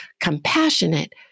compassionate